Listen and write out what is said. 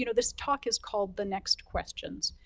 you know this talk is called the next questions.